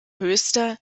höchster